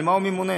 על מה הוא ממונה?